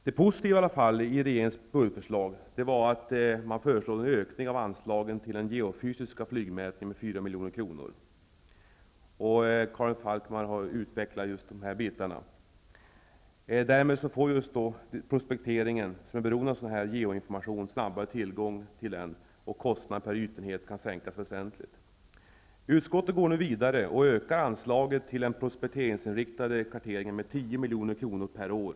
Det positiva i regeringens budgetförslag var ett förslag om en ökning av anslagen till den geofysiska flygmätningen med 4 milj.kr. Karin Falkmer har utvecklat de frågorna. Därmed får prospekteringen, som är beroende av sådan geoinformation, snabbare tillgång till den, och kostnaden per ytenhet kan sänkas väsentligt. Utskottet går nu vidare och föreslår en ökning av anslaget till den prospekteringsinriktade karteringen till 10 milj.kr. per år.